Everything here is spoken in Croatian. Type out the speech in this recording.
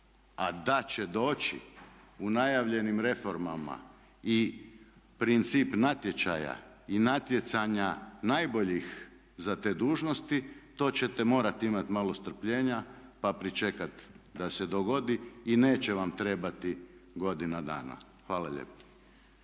A da će doći u najavljenim reformama i princip natječaja i natjecanja najboljih za te dužnosti to ćete morati imati malo strpljenja pa pričekati da se dogodi i neće vam trebati godina dana. Hvala lijepo.